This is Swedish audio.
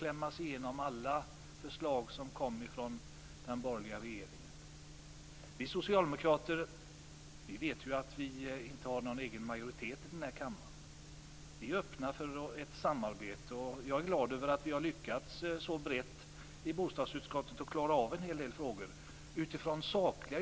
Nej, alla förslag som kom från den borgerliga regeringen skulle klämmas igenom. Vi socialdemokrater vet att vi inte har någon egen majoritet i den här kammaren. Vi är öppna för ett samarbete. Jag är glad över att vi har lyckats så brett i bostadsutskottet att klara av en del frågor. Vi gör dessa tillkännagivanden utifrån sakliga